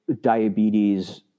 diabetes